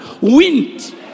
wind